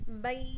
Bye